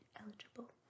eligible